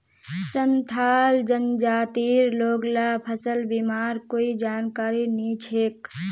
संथाल जनजातिर लोग ला फसल बीमार कोई जानकारी नइ छेक